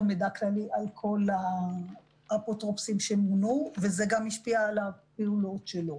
מידע כללי על כל האפוטרופוסים שמונו וזה גם השפיע על הפעילות שלו.